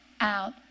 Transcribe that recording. out